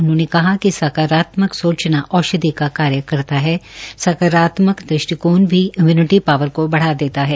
उन्होंने कहा कि सकारात्मक सोचना औधषि का कार्य करता है सकारात्मक दृष्टिकोण भी इम्यूनिटी शावर को बढ़ा देता है